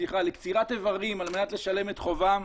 אנשים לכריתת איברים על מנת לשלם את חובם.